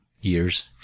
years